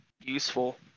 useful